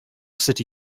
city